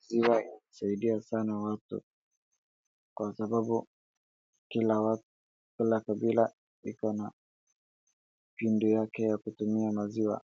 Maziwa inasaidia sana watu. Kwa sababu, kila watu, kila kabila iko na pindu yake ya kutumia maziwa.